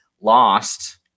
lost